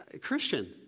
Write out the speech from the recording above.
Christian